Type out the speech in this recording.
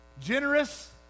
generous